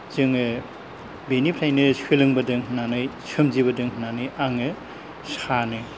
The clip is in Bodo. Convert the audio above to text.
जोङो बेनिफ्रायनो सोलोंबोदों होन्नानै सोमजिबोदों होन्नानै आङो सानो